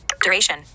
Duration